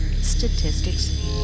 statistics